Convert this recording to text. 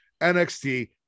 NXT